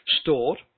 stored